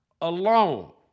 alone